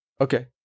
Okay